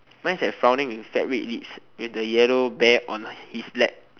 mine's like frowning with fat red lips with the yellow bear on his laps